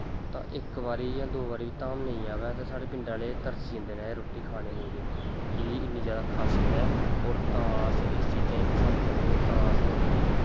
इक बारी जां दो बारी धाम नेईं आ'वै तां साढ़े पिंड आह्ले तरसी जंदे न रुट्टी खाने मुजब कि के इन्नी जैदा खासियत ऐ होर तां अस इस चीजां गी पसंद करने होन्ने तां अस